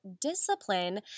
discipline